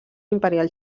imperial